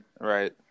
Right